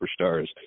superstars